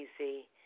easy